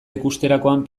ikusterakoan